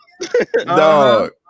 Dog